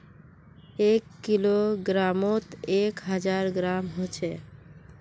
एक किलोग्रमोत एक हजार ग्राम होचे